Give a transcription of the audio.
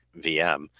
vm